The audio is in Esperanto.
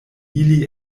ili